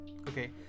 okay